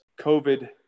COVID